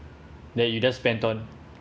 that you just spent on